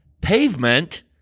pavement